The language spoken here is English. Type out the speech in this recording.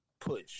push